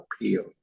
appeal